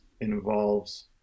involves